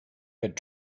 had